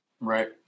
Right